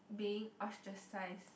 being ostracised